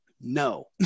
No